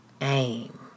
aim